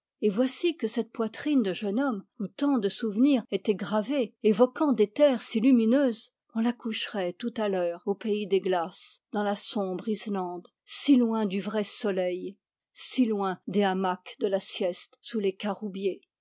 et voici que cette poitrine de jeune homme où tant de souvenirs étaient gravés évoquant des terres si lumineuses on la coucherait tout à l'heure au pays des glaces dans la sombre islande si loin du vrai soleil si loin des hamacs de la sieste sous les caroubiers